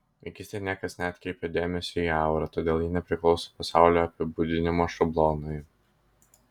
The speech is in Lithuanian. vaikystėje niekas neatkreipė dėmesio į aurą todėl ji nepriklauso pasaulio apibūdinimo šablonui